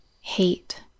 hate